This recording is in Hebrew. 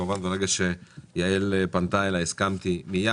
כמובן ברגע שיעל פנתה אלי, הסכמתי מיד.